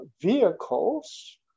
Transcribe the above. vehicles